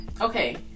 okay